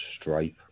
stripe